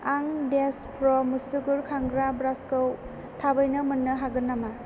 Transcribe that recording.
आं देश प्र' मुसुगुर खानग्रा ब्रासखौ थाबैनो मोन्नो हागोन नामा